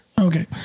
Okay